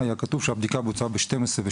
היה כתוב שהבדיקה בוצעה ב-12:12,